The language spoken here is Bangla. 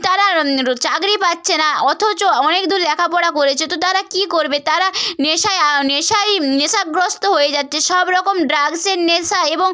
তারা চাকরি পাচ্ছে না অথচ অনেক দূর লেখাপড়া করেছে তো তারা কী করবে তারা নেশায় নেশায়ই নেশাগ্রস্ত হয়ে যাচ্ছে সব রকম ড্রাগসের নেশা এবং